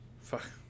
Fuck